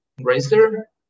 racer